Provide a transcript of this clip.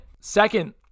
Second